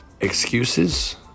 Excuses